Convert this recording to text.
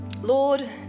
Lord